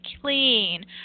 clean